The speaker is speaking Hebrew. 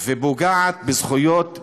ופוגעת בזכויות בסיסיות.